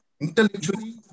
intellectually